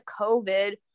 covid